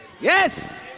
Yes